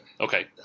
Okay